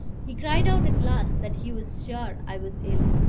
he cried out at last that he was sure i was ill,